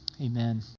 amen